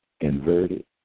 inverted